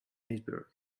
iceberg